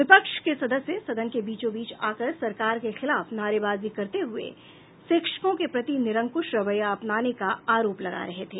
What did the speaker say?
विपक्ष के सदस्य सदन के बीचो बीच आकर सरकार के खिलाफ नारेबाजी करते हुए शिक्षकों के प्रति निरंकुश रवैया अपनाने का आरोप लगा रहे थे